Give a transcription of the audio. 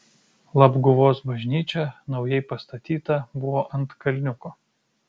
labguvos bažnyčia naujai pastatyta buvo ant kalniuko